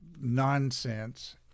nonsense